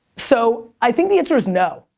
so i think the answer's no.